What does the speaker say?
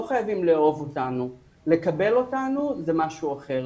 לא חייבים לאהוב אותנו, לקבל אותנו זה משהו אחר.